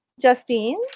Justine